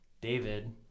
David